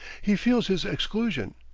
he feels his exclusion.